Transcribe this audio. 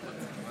תודה רבה,